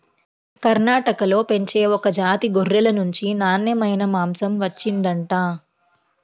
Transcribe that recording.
కర్ణాటకలో పెంచే ఒక జాతి గొర్రెల నుంచి నాన్నెమైన మాంసం వచ్చిండంట